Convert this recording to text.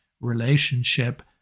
relationship